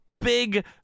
big